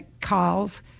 calls